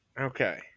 Okay